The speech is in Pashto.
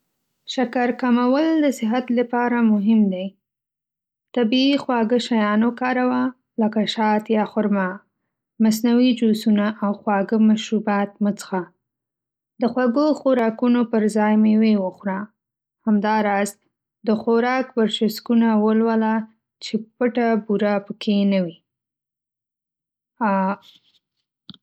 شکر کمول د صحت لپاره مهم دی. طبیعي خواږه شیان وکاروه، لکه شات یا خرما. مصنوعي جوسونه او خواږه مشروبات مه څښه. د خوږو خوراکونو پر ځای مېوې وخوره. همداراز، د خوراک برچسکونه ولوله چې پټه بوره پکې نه وي.